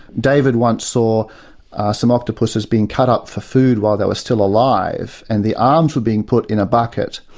david once saw some octopuses being cut up for food while they were still alive and the arms were being put in a bucket,